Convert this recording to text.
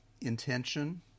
intention